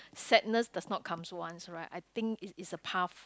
sadness does not comes once right I think it is a path